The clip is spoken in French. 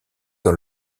dans